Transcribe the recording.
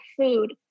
food